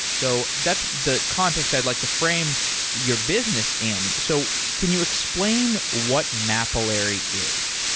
so that's the context i'd like to frame your business in. so can you explain what mapillary is?